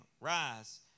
rise